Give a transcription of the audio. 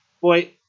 Boy